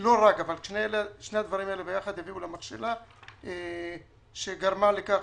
לא רק הביאו למכשלה שגרמה לכך